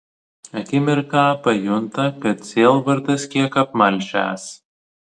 akimirką pajunta kad sielvartas kiek apmalšęs